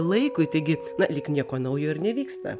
laikui taigi lyg nieko naujo ir nevyksta